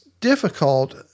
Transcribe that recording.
difficult